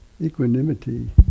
Equanimity